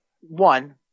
One